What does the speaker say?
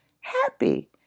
happy